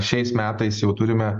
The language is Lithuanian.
šiais metais jau turime